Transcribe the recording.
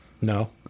no